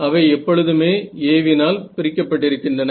அவை எப்பொழுதுமே A வினால் பிரிக்கப்பட்டிருக்கின்றன